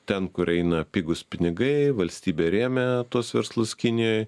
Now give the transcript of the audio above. ten kur eina pigūs pinigai valstybė rėmė tuos verslus kinijoj